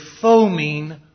foaming